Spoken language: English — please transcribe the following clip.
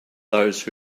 those